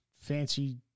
fancy